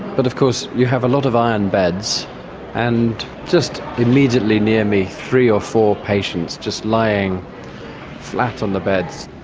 but of course you have a lot of iron beds and just immediately near me three or four patients just lying flat on the beds.